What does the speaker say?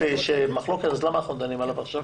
זה הסעיף שבמחלוקת, אז למה אנחנו דנים עליו עכשיו?